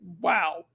wow